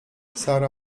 sara